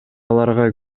аларга